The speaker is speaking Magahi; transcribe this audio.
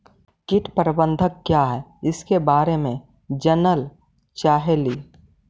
कीट प्रबनदक क्या है ईसके बारे मे जनल चाहेली?